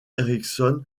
ericsson